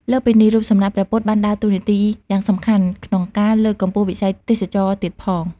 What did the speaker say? លើសពីនេះ រូបសំណាកព្រះពុទ្ធបានដើរតួនាទីយ៉ាងសំខាន់ក្នុងការលើកកម្ពស់វិស័យទេសចរណ៍ទៀតផង។